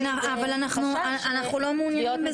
אבל אנחנו לא מעוניינים בזה.